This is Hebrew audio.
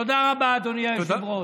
תודה רבה, אדוני היושב-ראש.